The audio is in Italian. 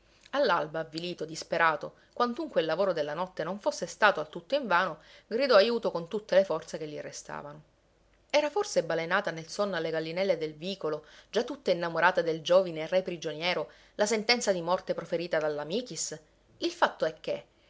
all'alba avvilito disperato quantunque il lavoro della notte non fosse stato al tutto invano gridò ajuto con tutte le forze che gli restavano era forse balenata nel sonno alle gallinelle del vicolo già tutte innamorate del giovine re prigioniero la sentenza di morte proferita dalla michis il fatto è che